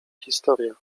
historia